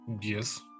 Yes